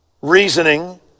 reasoning